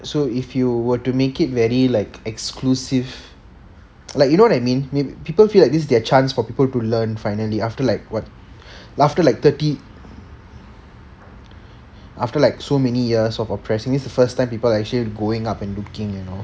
so if you were to make it very like exclusive like you know what I mean like people feel like this is their chance for people to learn finally after like what after like thirty after like so many years of oppressing this is the first time people are actually going up and looking you know